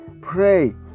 pray